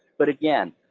but again,